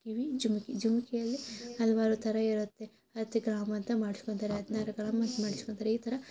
ಕಿವಿ ಜುಮಕಿ ಜುಮಕಿಯಲ್ಲಿ ಹಲವಾರು ಥರ ಇರುತ್ತೆ ಹತ್ತು ಗ್ರಾಮ್ ಅಂತ ಮಾಡ್ಸ್ಕೊತಾರೆ ಹದಿನಾರು ಗ್ರಾಮ್ ಅಂತ ಮಾಡಸ್ಕೊಂತಾರ್ ಈ ಥರ